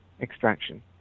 extraction